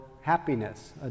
happiness